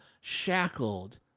shackled